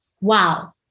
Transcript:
wow